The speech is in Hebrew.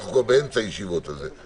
אנחנו כבר באמצע הישיבות על זה.